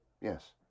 Yes